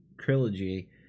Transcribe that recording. Trilogy